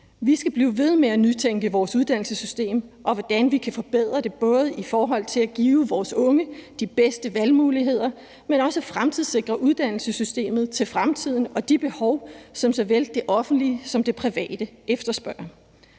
Vi skal blive ved med at nytænke vores uddannelsessystem, og hvordan vi kan forbedre det, både i forhold til at give vores unge de bedste valgmuligheder, men også i forhold til at sikre uddannelsessystemet til fremtiden og i forhold til de behov, som såvel det offentlige som det private efterspørger.